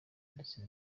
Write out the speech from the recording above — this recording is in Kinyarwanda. ndetse